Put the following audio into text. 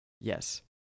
Yes